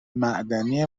معدنی